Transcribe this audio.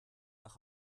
nach